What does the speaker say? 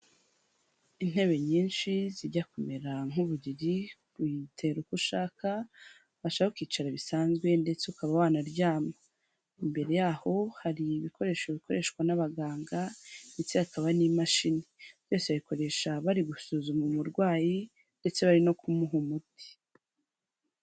Intebe nyinshi zijya kumera nk'uburiri uyitera uko ushaka washaka ukicara bisanzwe ndetse ukaba wanaryama imbere yaho hari ibikoresho bikoreshwa n'abaganga ndetse hakaba n'imashini yose bayikoresha bari gusuzuma umurwayi ndetse bari no kumuha umuti.